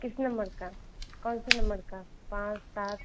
किस नम्बर का कौन से नम्बर का पाँच सात